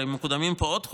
הרי מקודמים פה עוד חוקים.